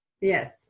Yes